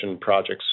projects